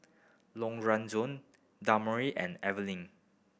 Lorenzo Demario and Evangeline